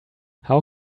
how